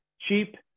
cheap